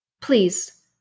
Please